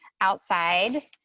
outside